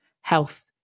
health